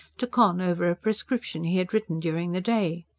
to con over a prescription he had written during the day.